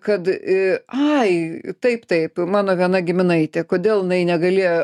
kad a ai taip taip mano viena giminaitė kodėl jinai negalėjo